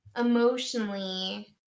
emotionally